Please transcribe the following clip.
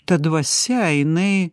ta dvasia jinai